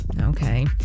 Okay